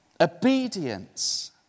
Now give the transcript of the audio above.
Obedience